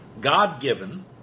God-given